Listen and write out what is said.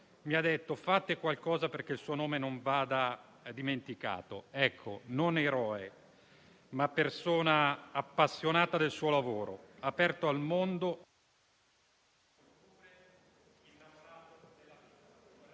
Ministro - perché il suo nome non vada dimenticato. Ecco non eroe, ma persona appassionata del suo lavoro, aperta al mondo.